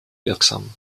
wirksam